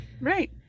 right